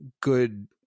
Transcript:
good